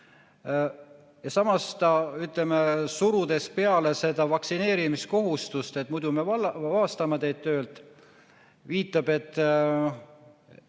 Ja samas ta, ütleme, surudes peale seda vaktsineerimiskohustust – muidu me vabastame teid töölt –, viitab, et